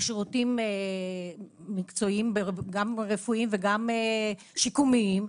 ושירותים מקצועיים גם רפואיים וגם שיקומיים.